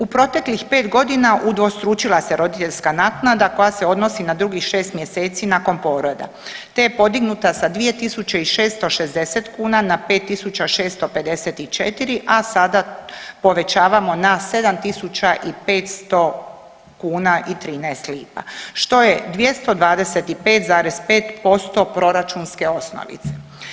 U proteklih 5 godina udvostručila se roditeljska naknada koja se odnosi na drugih 6 mjeseci nakon poroda te je podignuta sa 2.660 kuna na 5.654, a sada povećavamo na 7.500 kuna i 13 lipa što je 225,5% proračunske osnovice.